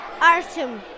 Artem